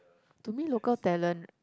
to me local talent